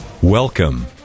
Welcome